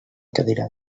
cadira